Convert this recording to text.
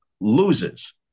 loses